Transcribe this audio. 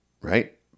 right